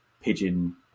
pigeon